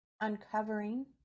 uncovering